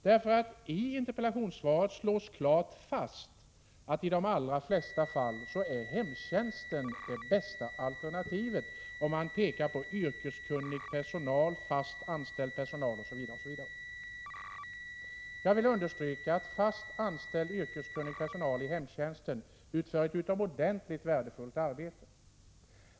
Det slås nämligen klart fast att i de allra flesta fall är hemtjänsten det bästa alternativet — man pekar på yrkeskunnig personal, fast anställd personal osv. Jag vill understryka att fast anställd yrkeskunnig personal i hemtjänsten utför ett utomordentligt värdefullt arbete.